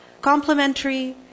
complementary